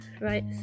right